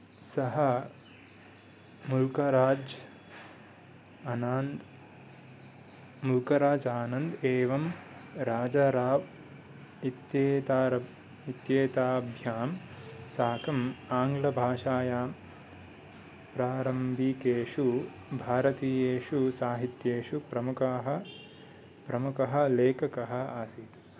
सः मुल्कराज् आनान्द् मुल्कराज् आनन्द् एवं राजा राव् इत्येतार इत्येताभ्यां साकम् आङ्ग्लभाषायां प्रारम्भिकेषु भारतीयेषु साहित्येषु प्रमुखाः प्रमुखः लेखकः आसीत्